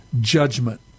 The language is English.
judgment